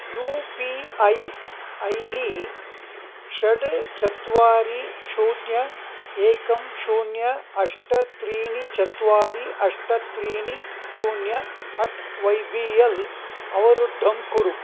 U P I I D षट् चत्वारि शून्यम् एकं शून्यम् अष्ट त्रीणि चत्वारि अष्ट त्रीणि शून्यम् अट् वै बी एल् अवरुद्धं कुरु